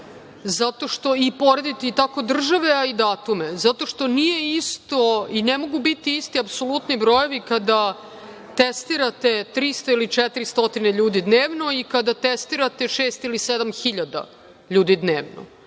zato što, porediti tako države a i datume zato što nije isto i ne mogu biti isti apsolutni brojevi kada testirate 300 ili 400 ljudi dnevno i kada testirate 6.000 ili 7.000 ljudi dnevno.